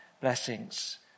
blessings